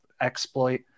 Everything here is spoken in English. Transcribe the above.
exploit